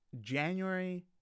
January